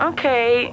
Okay